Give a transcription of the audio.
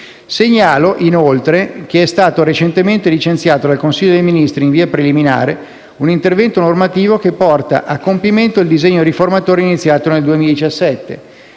Segnalo, inoltre, che è stato recentemente licenziato dal Consiglio dei ministri, in via preliminare, un intervento normativo che porta a compimento il disegno riformatore iniziato nel 2017